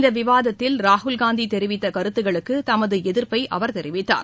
இந்த விவாதத்தில் ராகுல்காந்தி தெரிவித்த கருத்துக்களுக்கு தமது எதிர்ப்பை அவர் தெரிவித்தார்